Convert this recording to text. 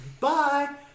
Bye